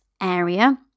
area